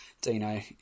Dino